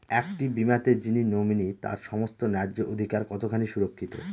একটি বীমাতে যিনি নমিনি তার সমস্ত ন্যায্য অধিকার কতখানি সুরক্ষিত?